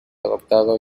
adoptado